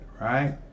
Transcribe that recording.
right